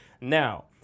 now